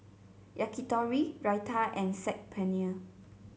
Yakitori Raita and Saag Paneer